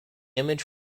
image